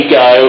go